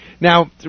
Now